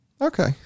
Okay